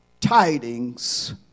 tidings